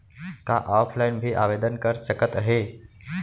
का ऑफलाइन भी आवदेन कर सकत हे?